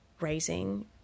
raising